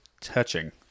touching